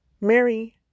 Mary